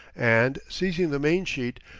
and seizing the mainsheet,